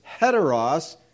heteros